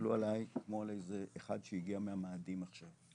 הסתכלו עליי כמו על איזה אחד שהגיע מהמאדים עכשיו,